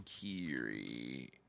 Kiri